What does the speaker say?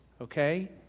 okay